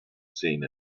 seen